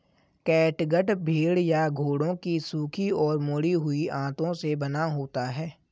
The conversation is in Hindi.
कैटगट भेड़ या घोड़ों की सूखी और मुड़ी हुई आंतों से बना होता है